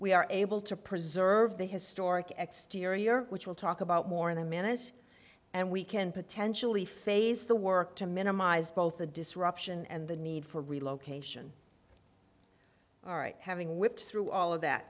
we are able to preserve the historic exteriors which we'll talk about more in the manage and we can potentially phase the work to minimize both the disruption and the need for relocation alright having whipped through all of that